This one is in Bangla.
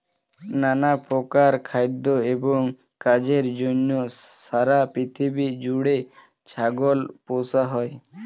নানা প্রকার খাদ্য এবং কাজের জন্য সারা পৃথিবী জুড়ে ছাগল পোষা হয়